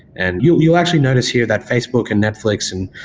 and you'll you'll actually notice here that facebook and netflix and